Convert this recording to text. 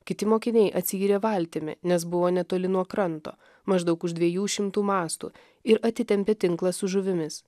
kiti mokiniai atsiyrė valtimi nes buvo netoli nuo kranto maždaug už dviejų šimtų mastų ir atitempė tinklą su žuvimis